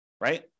right